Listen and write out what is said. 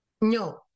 No